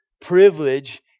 privilege